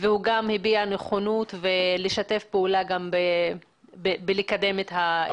עמיר פרץ וגם הוא הביע נכונות לשתף פעולה בקידום ההצעה.